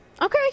Okay